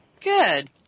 Good